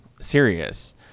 serious